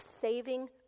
saving